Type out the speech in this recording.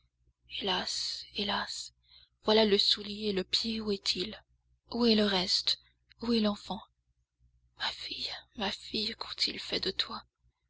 hélas hélas voilà le soulier le pied où est-il où est le reste où est l'enfant ma fille ma fille qu'ont-ils fait de toi